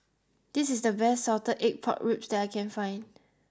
this is the best Salted Egg Pork Ribs that I can find